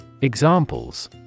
Examples